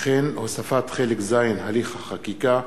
וכן הוספת חלק ז': הליך החקיקה,